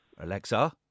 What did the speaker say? Alexa